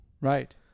Right